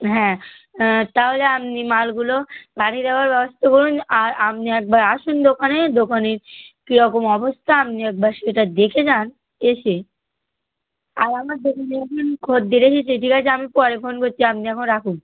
হ্যাঁ তাহলে আপনি মালগুলো পাঠিয়ে দেওয়ার ব্যবস্থা করুন আর আপনি একবার আসুন দোকানে দোকানের কীরকম অবস্থা আপনি একবার সেটা দেখে যান এসে আর আমার দোকানে এখন খদ্দের এসেছে ঠিক আছে আমি পরে ফোন করছি আপনি এখন রাখুন